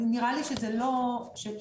נראה לי שזה לא במחלוקת.